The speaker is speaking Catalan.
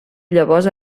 llavors